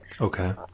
Okay